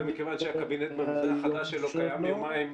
ומכיוון שהקבינט במבנה החדש שלו קיים יומיים,